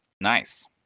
Nice